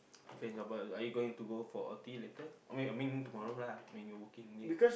and about are you going to go for a tea later I mean I mean tomorrow lah when you're working late